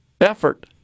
effort